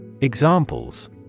Examples